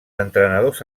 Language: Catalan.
entrenadors